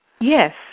Yes